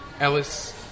Ellis